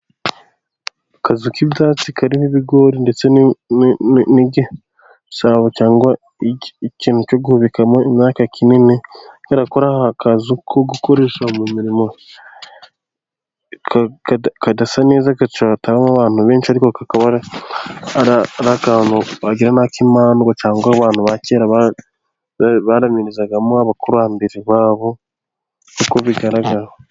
Akazu k'ibyatsi karimo ibigori ndetse n'igisabo cyangwa ikintu cyo gubikamo imyaka kinini. Hari akazu ko gukoresha mu muririmo kadasa neza agaciro hatagwamo abantu benshi ariko kakaba ari akimandwa cyangwa abantu ba kera baramirizagamo abakurambere babo, uko bigaragara.